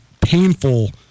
painful